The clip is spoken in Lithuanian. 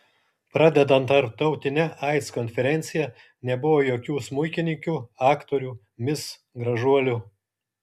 pradedant tarptautine aids konferencija nebuvo jokių smuikininkių aktorių mis gražuolių